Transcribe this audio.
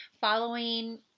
following